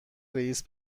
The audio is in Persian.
رئیس